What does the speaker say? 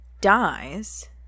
dies